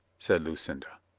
said lucinda.